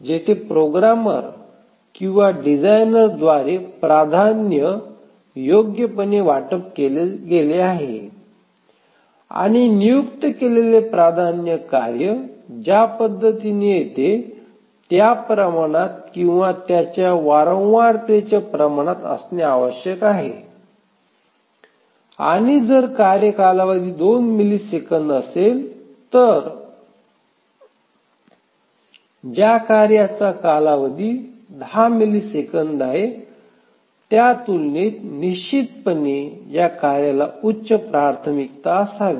येथे प्रोग्रामर किंवा डिझाइनरद्वारे प्राधान्य योग्यपणे वाटप केले गेले आहे आणि नियुक्त केलेले प्राधान्य कार्य ज्या पद्धतीने येते त्या प्रमाणात किंवा त्याच्या वारंवारतेचे प्रमाणात असणे आवश्यक आहे आणि जर कार्य कालावधी 2 मिलिसेकंद असेल तर ज्या कार्याचा कालावधी 10 मिलिसेकंद आहे त्या तुलनेत निश्चितपणे या कार्याला उच्च प्राथमिकता असावी